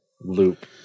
loop